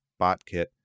BotKit